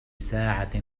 ساعة